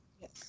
Yes